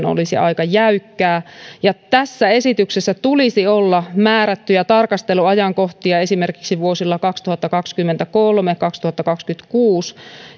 olisi aika jäykkää tässä esityksessä tulisi olla määrättyjä tarkasteluajankohtia esimerkiksi vuosina kaksituhattakaksikymmentäkolme ja kaksituhattakaksikymmentäkuusi